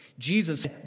Jesus